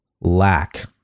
lack